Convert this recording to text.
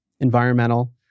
environmental